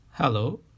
Hello